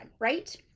right